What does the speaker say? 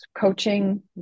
coaching